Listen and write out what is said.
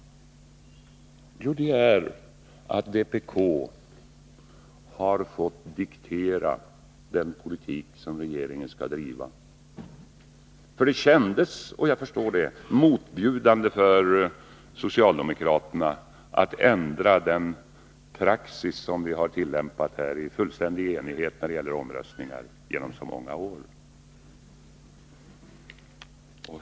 Jo, det är att vpk har fått diktera den politik som regeringen skall driva. Det kändes — jag förstår det — motbjudande för socialdemokraterna att ändra den praxis som vi tillämpat här i riksdagen i fullständig enighet när det gällt omröstningar under många år.